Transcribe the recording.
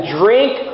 drink